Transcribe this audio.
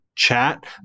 Chat